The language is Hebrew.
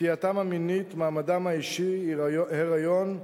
נטייתם המינית, מעמדם האישי, היריון,